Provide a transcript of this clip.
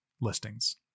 listings